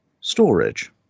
storage